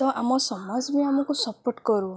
ତ ଆମ ସମାଜ ବି ଆମକୁ ସପୋର୍ଟ୍ କରୁ